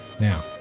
Now